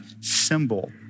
symbol